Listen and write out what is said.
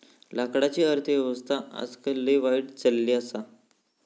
लाकडाची अर्थ व्यवस्था आजकाल लय वाईट चलली आसा